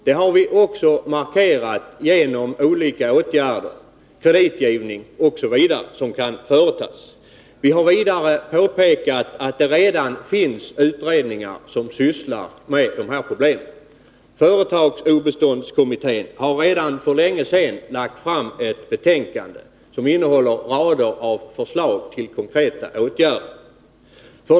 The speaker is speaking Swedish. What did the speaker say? Det har vi också markerat genom att ange olika åtgärder — kreditgivning osv. — som kan vidtas. Vi har vidare påpekat att utredningar redan sysslar med dessa problem. Företagsobeståndskommittén har för länge sedan lagt fram ett betänkande som innehåller en rad förslag till konkreta åtgärder.